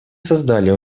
создали